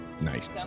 Nice